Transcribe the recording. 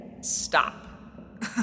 Stop